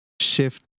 shift